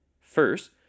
First